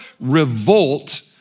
revolt